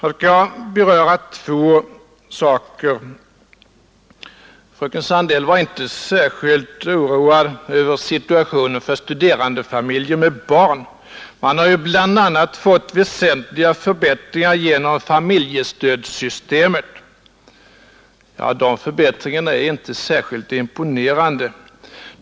Det är två saker som jag vill beröra. Fröken Sandell var inte särskilt oroad över situationen för studerandefamiljer med barn — man har ju bl.a. fått väsentliga förbättringar genom familjestödssystemet. Ja, de förbättringarna är inte särskilt imponerande.